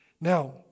Now